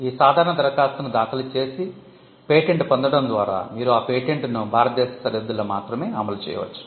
ఈ సాధారణ దరఖాస్తును దాఖలు చేసి పేటెంట్ పొందడం ద్వారా మీరు ఆ పేటెంట్ను భారతదేశ సరిహద్దుల్లో మాత్రమే అమలు చేయవచ్చు